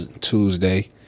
Tuesday